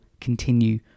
continue